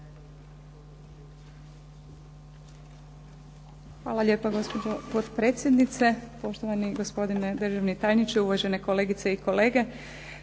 Hvala lijepa. Gospođo potpredsjednice, poštovani gospodine državni tajniče, uvažene kolegice i kolege.